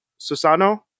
susano